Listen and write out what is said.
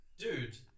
dude